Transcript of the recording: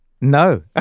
No